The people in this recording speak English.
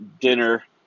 dinner